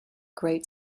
great